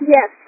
Yes